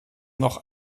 noch